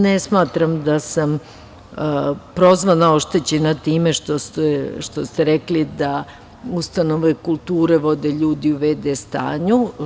Ne smatram da sam prozvana, oštećena time što ste rekli da ustanove kulture vode ljudi u v.d. stanju.